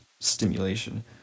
stimulation